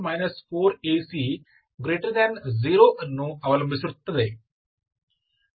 ಇದು ಈ ಶೋಧಕ b2 4ac0 ಅನ್ನು ಅವಲಂಬಿಸಿರುತ್ತದೆ